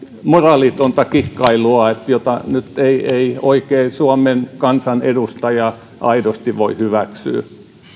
moraalitonta kikkailua jota ei ei oikein suomen kansanedustaja aidosti voi hyväksyä